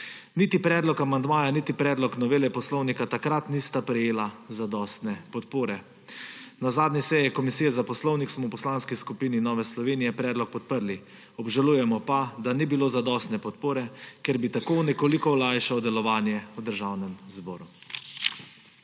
Niti predlog amandmaja niti predlog novele poslovnika takrat nista prejela zadostne podpore. Na zadnji seji Komisije za poslovnik smo v Poslanski skupini Nove Slovenije predlog podprli, obžalujemo pa, da ni bilo zadostne podpore, ker bi tako nekoliko olajšal delovanje v Državnem zboru.